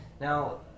Now